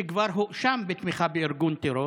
שכבר הואשם בתמיכה בארגון טרור,